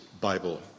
Bible